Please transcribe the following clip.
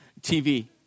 tv